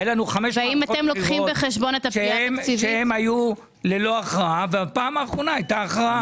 שהן היו ללא הכרעה והפעם האחרונה הייתה הכרעה.